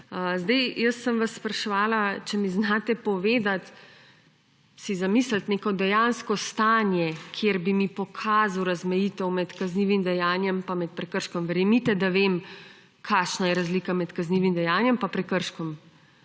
ena. Jaz sem vas spraševala, če mi znate povedati, si zamisliti neko dejansko stanje, kjer bi mi pokazali razmejitev med kaznivim dejanjem pa med prekrškom. Verjemite, da vem, kakšna je razlika med kaznivim dejanjem pa prekrškom.